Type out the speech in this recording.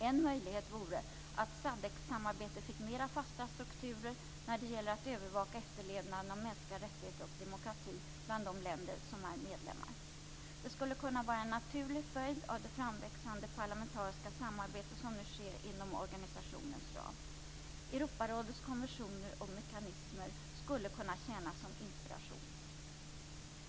En möjlighet vore att SADC-samarbetet fick mera fasta strukturer när det gäller att övervaka efterlevnaden av mänskliga rättigheter och demokrati bland de länder som är medlemmar. Det skulle kunna vara en naturlig följd av det framväxande parlamentariska samarbete som nu sker inom organisationens ram. Europarådets konventioner och mekanismer skulle kunna tjäna som inspiration.